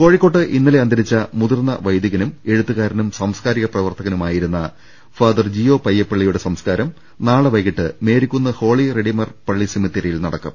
കോഴിക്കോട്ട് ഇന്നലെ അന്തരിച്ച മുതിർന്ന വൈദികനും എഴു ത്തുകാരനും സാംസ്കാരിക പ്രവർത്തകനും ആയിരുന്ന ഫാദർ ജിയോ പയ്യപ്പള്ളിയുടെ സംസ്കാരം നാളെ വൈകിട്ട് മേരിക്കുന്ന് ഹോളി റെഡിമർ പള്ളി സെമിത്തേരിയിൽ നടക്കും